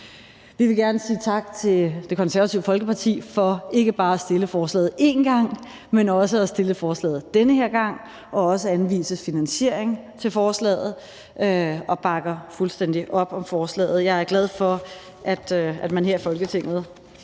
Vi vil gerne sige tak til Det Konservative Folkeparti for ikke bare at fremsætte forslaget én gang, men for også at fremsætte forslaget den her gang og for også at anvise finansiering af forslaget, og vi bakker fuldstændig op om forslaget. Jeg er glad for, at man her i Folketinget